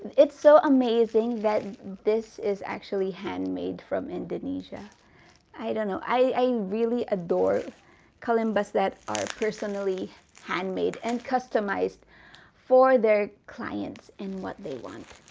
it's so amazing that this is actually handmade from indonesia i don't know, i really adore kalimbas that are personally handmade and customized for their clients and what they want.